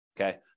okay